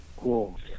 Cool